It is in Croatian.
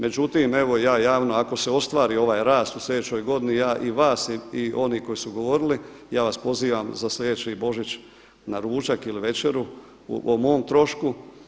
Međutim, evo ja javno ako se ostvari ovaj rast u sljedećoj godini ja i vas i oni koji su govorili ja vas pozivam za sljedeći Božić na ručak ili večeru o mom trošku.